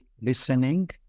listening